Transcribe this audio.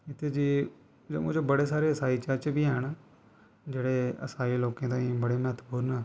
ते जे जम्मू च बड़े सारे ईसाई चर्च बी हैन जेह्ड़े ईसाई लोकें ताईं बड़े म्हत्तवपूर्ण न